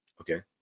Okay